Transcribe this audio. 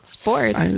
sports